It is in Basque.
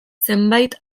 zenbait